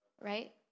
right